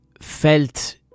felt